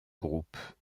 groupe